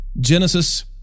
Genesis